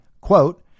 quote